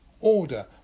Order